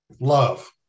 love